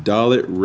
Dalit